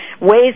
ways